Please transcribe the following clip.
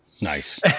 Nice